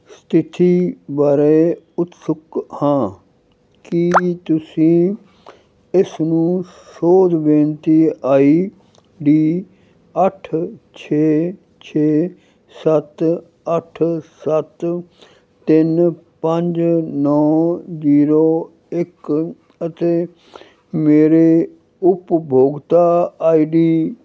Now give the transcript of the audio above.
ਸਥਿਤੀ ਬਾਰੇ ਉਤਸੁਕ ਹਾਂ ਕੀ ਤੁਸੀਂ ਇਸ ਨੂੰ ਸੋਧ ਬੇਨਤੀ ਆਈ ਡੀ ਅੱਠ ਛੇ ਛੇ ਸੱਤ ਅੱਠ ਸੱਤ ਤਿੰਨ ਪੰਜ ਨੌਂ ਜੀਰੋ ਇੱਕ ਅਤੇ ਮੇਰੇ ਉਪਭੋਗਤਾ ਆਈ ਡੀ